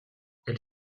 elle